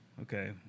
okay